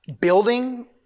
building